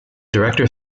director